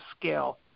scale